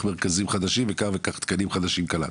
מרכזים חדשים וכך וכך תקנים חדשים קלטנו.